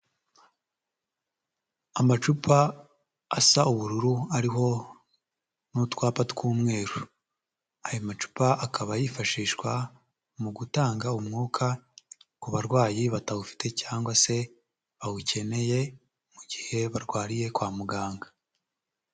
Amacupa asa ubururu ariho n'utwapa tw'umweru. Ayo macupa akaba yifashishwa mu gutanga umwuka ku barwayi batawufite cyangwa se bawukeneye, mu gihe barwariye kwa muganga.